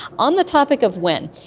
on the topic of when,